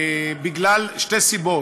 משתי סיבות: